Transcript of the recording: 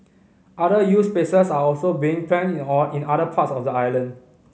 other youth spaces are also being planned in or in other parts of the island